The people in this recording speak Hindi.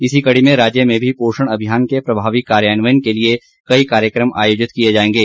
इस कड़ी में राज्य में भी पोषण अभियान के प्रभावी कार्यान्वयन के लिए कई कार्यक्रम आयोजित किए जाएंगे